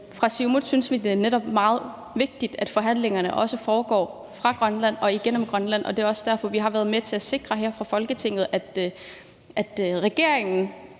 Fra Siumuts side synes vi netop, det er meget vigtigt, at forhandlingerne også foregår fra Grønland og igennem Grønland. Det er også derfor, at vi her fra Folketingets side